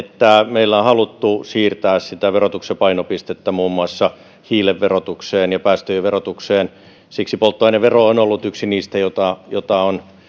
meillä on haluttu siirtää sitä verotuksen painopistettä muun muassa hiilen verotukseen ja päästöjen verotukseen siksi polttoainevero on ollut yksi niistä joita on